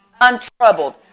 Untroubled